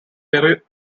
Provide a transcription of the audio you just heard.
very